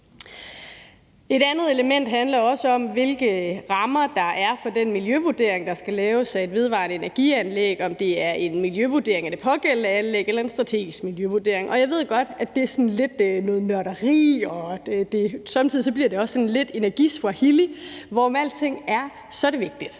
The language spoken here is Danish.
Et andet element handler om, hvilke rammer der er for den miljøvurdering, der skal laves, af et vedvarende energianlæg, om det er en miljøvurdering af det pågældende anlæg eller en strategisk miljøvurdering. Jeg ved godt, at det er lidt noget nørderi, og somme tider bliver det også sådan lidt energi-swahili. Hvorom alting er, er det vigtigt.